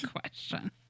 question